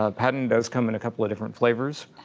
ah patent does come in a couple of different flavors.